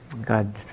God